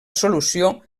solució